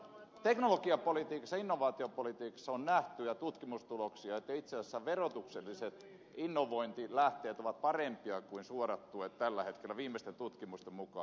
teknologiapolitiikassa innovaatiopolitiikassa on nähty ja siitä on tutkimustuloksia että itse asiassa verotukselliset innovointilähteet ovat parempia kuin suorat tuet tällä hetkellä viimeisten tutkimusten mukaan